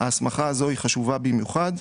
ההסמכה הזו היא חשובה במיוחד.